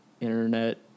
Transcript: internet